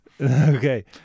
Okay